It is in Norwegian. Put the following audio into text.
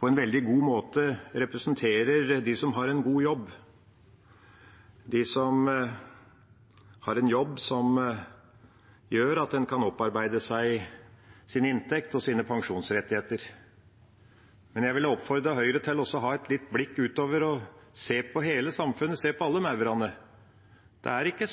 på en veldig god måte representerer de som har en god jobb, de som har en jobb som gjør at en kan opparbeide seg sin inntekt og sine pensjonsrettigheter. Men jeg ville oppfordret Høyre til å rette blikket litt utover og se på hele samfunnet, se på alle maurene. Det er ikke